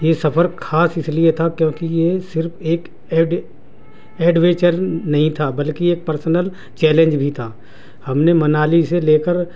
یہ سفر خاص اس لیے تھا کیونکہ یہ صرف ایک ایڈ ایڈوینچر نہیں تھا بلکہ ایک پرسنل چیلنج بھی تھا ہم نے منالی سے لے کر